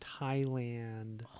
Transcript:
Thailand